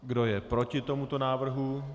Kdo je proti tomuto návrhu?